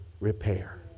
repair